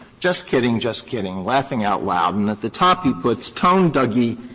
just kidding, just kidding laughing out loud. and at the top he puts, tone dougie,